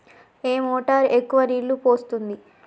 ఏ motor ఎక్కువ నీళ్లు పోస్తుంది?